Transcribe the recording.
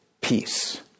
peace